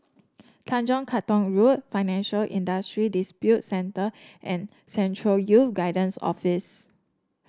Tanjong Katong Road Financial Industry Dispute Center and Central Youth Guidance Office